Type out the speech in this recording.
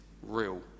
real